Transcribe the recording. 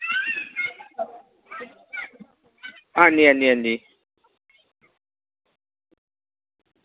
हां जी हां जी हां जी